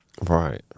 Right